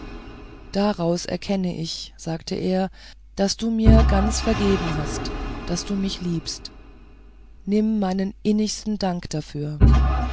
daraus erkenne ich sagte er daß du mir ganz vergeben hast daß du mich liebst nimm meinen innigsten dank dafür